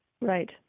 Right